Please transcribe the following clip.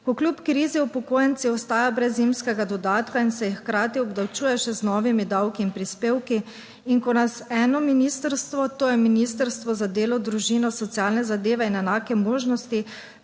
ko kljub krizi upokojenci ostajajo brez zimskega dodatka in se hkrati obdavčuje še z novimi davki in prispevki. In ko nas eno ministrstvo, to je Ministrstvo za delo, družino, socialne zadeve in enake možnosti